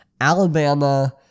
Alabama